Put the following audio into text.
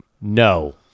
no